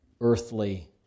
earthly